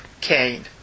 Kane